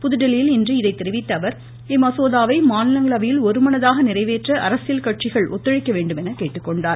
புதுதில்லியில் இன்று இதை தெரிவித்த அவர் இம்மசோதாவை மாநிலங்களவையில் ஒருமனதாக நிறைவேற்ற அரசியல் கட்சிகள் ஒத்துழைக்க வேண்டுமென்று கேட்டுக்கொண்டார்